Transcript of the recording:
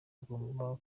ugomba